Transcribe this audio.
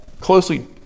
closely